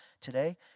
today